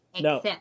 No